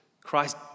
Christ